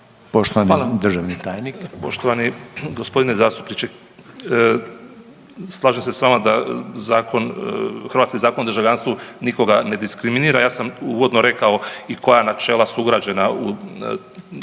Poštovani državni tajnik. **Katić, Žarko** Poštovani g. zastupniče. Slažem se s vama da hrvatski Zakon o državljanstvo nikoga ne diskriminira, ja sam uvodno rekao i koja načela su ugrađena u temelje